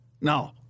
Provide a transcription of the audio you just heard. No